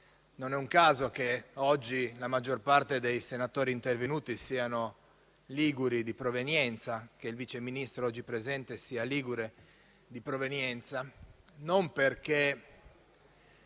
Non è un caso che oggi la maggior parte dei senatori intervenuti siano liguri di provenienza e che il Vice Ministro oggi presente sia ligure di provenienza, non perché